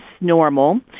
normal